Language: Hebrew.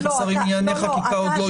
השרים לענייני חקיקה עוד לא אישרה.